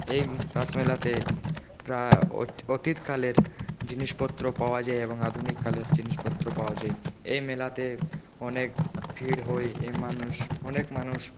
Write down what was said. এই রাস মেলাতে প্রায় অতীতকালের জিনিসপত্র পাওয়া যায় এবং আধুনিক কালের জিনিসপত্র পাওয়া যায় এই মেলাতে অনেক ভিড় হয় এ মানুষ অনেক মানুষ